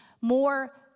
more